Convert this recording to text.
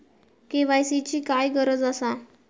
KYC ची काय गरज आसा?